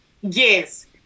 Yes